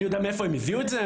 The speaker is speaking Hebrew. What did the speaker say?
אני יודע מאיפה הם הביאו את זה?